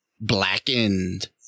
Blackened